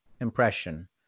impression